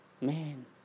man